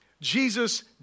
Jesus